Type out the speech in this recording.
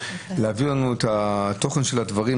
להעביר לנו את התוכן של הדברים,